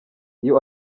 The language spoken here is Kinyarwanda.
iyo